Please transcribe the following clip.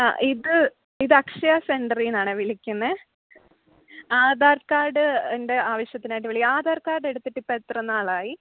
ആ ഇത് ഇത് അക്ഷയ സെൻറ്റെറീന്നാണെ വിളിക്കുന്നത് ആധാർ കാർഡ് ൻ്റെ ആവശ്യത്തിനായിട്ട് ആധാർ കാർഡ് എടുത്തിട്ട് ഇപ്പോൾ എത്രനാളായി